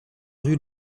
rue